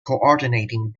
coordinating